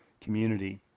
community